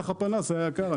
בטח הפנס היה יקר.